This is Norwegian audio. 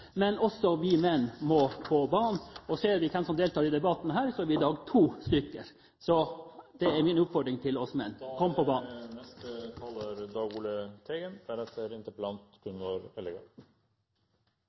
også vi menn må på banen. Ser vi hvem som deltar i denne debatten, er vi i dag to stykker. Min oppfordring til menn er: Kom på